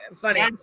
funny